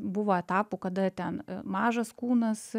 buvo etapų kada ten mažas kūnas